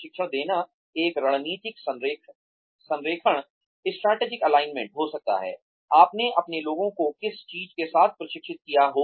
प्रशिक्षण देना एक रणनीतिक संरेखण हो सकता है आपने अपने लोगों को किस चीज़ के साथ प्रशिक्षित किया हो